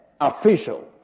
official